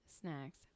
snacks